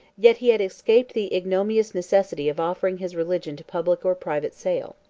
yet he had escaped the ignominious necessity of offering his religion to public or private sale.